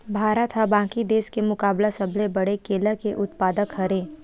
भारत हा बाकि देस के मुकाबला सबले बड़े केला के उत्पादक हरे